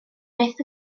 byth